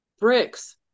bricks